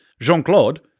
Jean-Claude